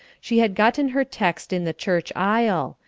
she had gotten her text in the church aisle.